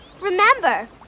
Remember